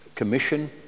Commission